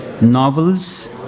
novels